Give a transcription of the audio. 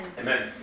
Amen